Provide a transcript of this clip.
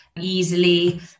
easily